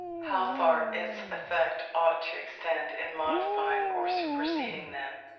how far its effect ought to extend in modifying or superseding them.